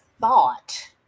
thought